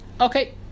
Okay